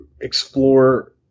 explore